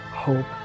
hope